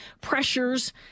pressures